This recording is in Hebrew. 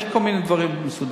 יש כל מיני דברים מסודרים,